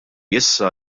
issa